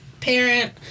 parent